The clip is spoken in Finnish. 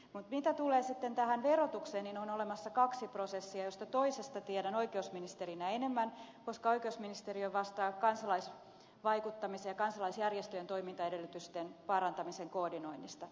mutta mitä tulee sitten tähän verotukseen niin on olemassa kaksi prosessia josta toisesta tiedän oikeusministerinä enemmän koska oikeusministeriö vastaa kansalaisvaikuttamisen ja kansalaisjärjestöjen toimintaedellytysten parantamisen koordinoinnista